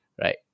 Right